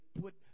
put